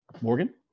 Morgan